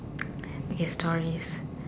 okay stories